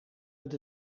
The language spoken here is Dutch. het